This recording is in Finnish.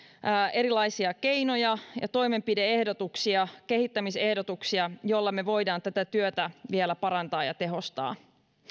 erilaisia keinoja ja toimenpide ehdotuksia kehittämisehdotuksia joilla me voimme tätä työtä vielä parantaa ja tehostaa